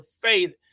faith